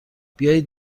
بیایید